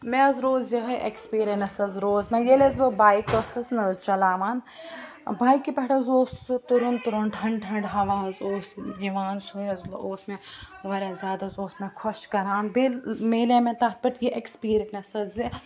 مےٚ حظ روٗز یِہٲے ایٚکٕسپیٖریَنٕس حظ روٗز مےٚ ییٚلہِ حظ بہٕ بایِک ٲسٕس نَہ حظ چَلاوان ٲں بایکہِ پٮ۪ٹھ حظ اوس سُہ تُرُن تُرُن ٹھنٛڈ ٹھنٛڈ ہوا حظ اوس یِوان سُے حظ اوس مےٚ واریاہ زیادٕ سُہ اوس مےٚ خۄش کَران بیٚیہِ ییٚلہِ میلیٛاے مےٚ تَتھ پٮ۪ٹھ یہِ ایکٕسپیٖرینٕس حظ زِ